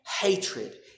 hatred